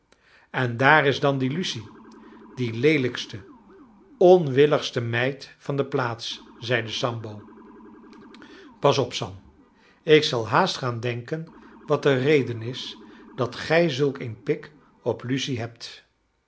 en daar is dan die lucy die leelijkste onwilligste meid van de plaats zeide sambo pas op sam ik zal haast gaan denken wat de reden is dat gij zulk een pik op lucy hebt